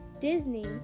Disney